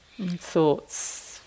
Thoughts